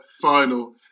final